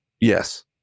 Yes